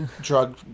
drug